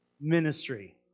ministry